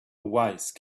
wise